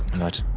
not